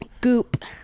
Goop